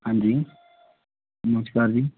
ਹਾਂਜੀ ਨਮਸਕਾਰ ਜੀ